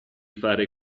fare